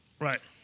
Right